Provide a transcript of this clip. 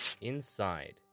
Inside